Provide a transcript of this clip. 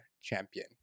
champion